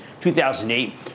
2008